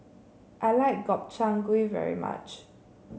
I like Gobchang Gui very much